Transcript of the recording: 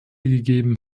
gegeben